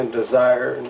desire